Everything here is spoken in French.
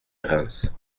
reims